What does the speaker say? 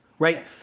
Right